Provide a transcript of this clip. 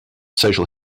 social